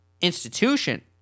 institution